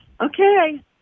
Okay